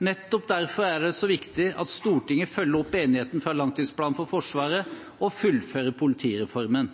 Nettopp derfor er det så viktig at Stortinget følger opp enigheten fra langtidsplanen for forsvaret og fullfører politireformen.